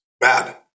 Bad